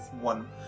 one